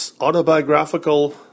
autobiographical